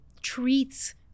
treats